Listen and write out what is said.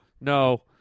No